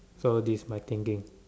so this my thinking